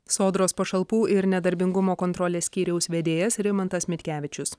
sodros pašalpų ir nedarbingumo kontrolės skyriaus vedėjas rimantas mitkevičius